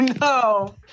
no